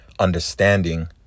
understanding